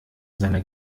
seiner